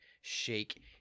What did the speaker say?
shake